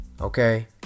Okay